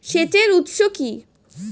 সেচের উৎস কি?